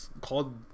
called